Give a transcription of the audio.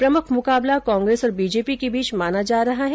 प्रमुख मुकाबला कांग्रेस और बीजेपी के बीच माना जा रहा है